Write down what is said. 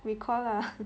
recall lah